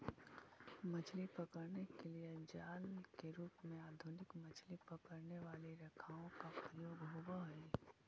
मछली पकड़ने के लिए जाल के रूप में आधुनिक मछली पकड़ने वाली रेखाओं का प्रयोग होवअ हई